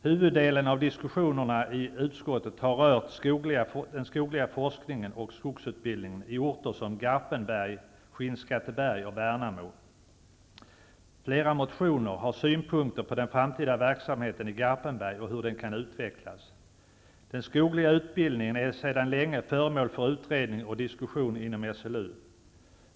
Huvuddelen av diskussionerna i utskottet har rört den skogliga forskningen och skogsutbildningen i orter som Garpenberg, Skinnskatteberg och I flera motioner har synpunkter på den framtida verksamheten i Garpenberg och på hur den kan utvecklas framförts. Den skogliga utbildningen är sedan länge föremål för utredning och diskussion inom SLU.